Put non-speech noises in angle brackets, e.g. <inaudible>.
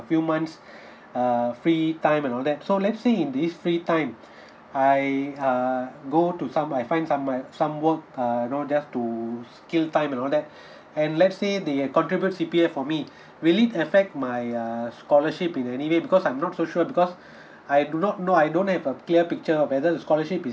few months <breath> err free time and all that so let's say in this free time <breath> I uh go to some I find somewhere some work err you know just to kill time and all that <breath> and let's say they have contribute C_P_F for me will it affect my uh scholarship in any way because I'm not so sure because <breath> I do not know I don't have a clear picture of whether the scholarship is